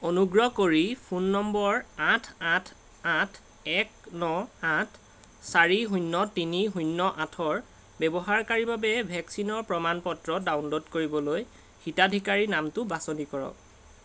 অনুগ্ৰহ কৰি phone number আঠ আঠ আঠ এক ন আঠ চাৰি শূন্য তিনি শূন্য আঠৰ ব্যৱহাৰকাৰীৰ বাবে ভেকচিনৰ প্ৰমাণ পত্ৰ ডাউনলোড কৰিবলৈ হিতাধিকাৰীৰ নামটো বাছনি কৰক